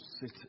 sit